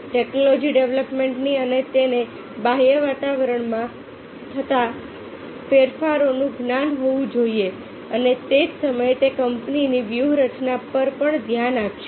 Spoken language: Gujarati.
ટેક્નોલોજી ડેવલપમેન્ટની અને તેને બાહ્ય વાતાવરણમાં થતા ફેરફારોનું જ્ઞાન હોવું જોઈએ અને તે જ સમયે તે કંપનીની વ્યૂહરચના પર પણ ધ્યાન આપશે